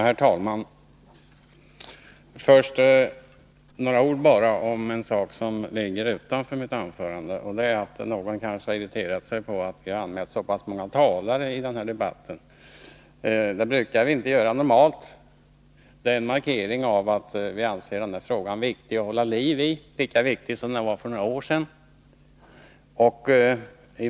Herr talman! Först bara några ord som ligger utanför mitt egentliga anförande. Någon är kanske irriterad över att vi från vpk har anmält så många talare i den här debatten. Det brukar vi normalt inte göra. Anledningen till de många talarna är emellertid att vi anser det viktigt att hålla liv i den här frågan, lika viktigt som det var för några år sedan.